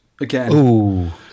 again